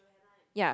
ya